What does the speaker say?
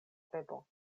bebo